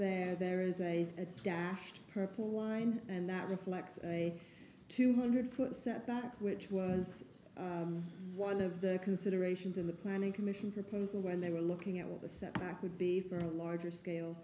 there there is a dash purple line and that reflects a two hundred foot setback which was one of the considerations in the planning commission proposal when they were looking at what the setback would be for a larger scale